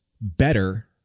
better